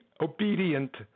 obedient